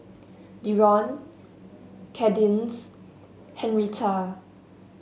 Dereon Kadence Henretta